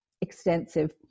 extensive